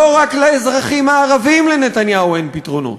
לא רק לאזרחים הערבים לנתניהו אין פתרונות,